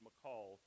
McCall